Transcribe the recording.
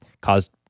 caused